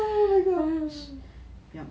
O_M_G ya